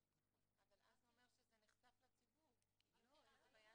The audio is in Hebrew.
או לרשום "למנוע פגיעה או לצורך טיפול" כדי שיבהיר